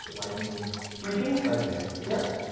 lightning briefings, lightning briefings? yes.